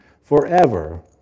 forever